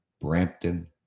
Brampton